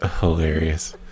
hilarious